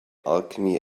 alchemy